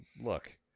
look